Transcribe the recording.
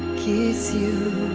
kiss you